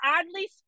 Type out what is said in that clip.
oddly